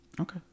Okay